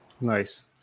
Nice